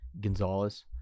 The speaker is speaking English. Gonzalez